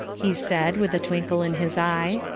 he said, with a twinkle in his eye.